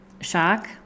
shock